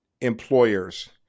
employers